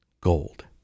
gold